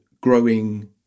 growing